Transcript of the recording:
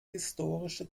historische